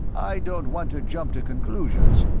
i don't want to jump to conclusions,